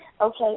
Okay